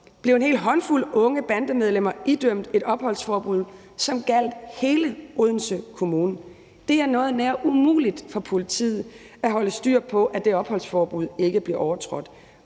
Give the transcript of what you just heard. blev en hel håndfuld unge bandemedlemmer idømt et opholdsforbud, som gjaldt hele Odense Kommune. Det var noget nær umuligt for politiet at holde styr på, at det opholdsforbud ikke blev overtrådt,